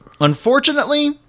Unfortunately